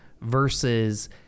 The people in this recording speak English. versus